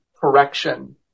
correction